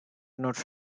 not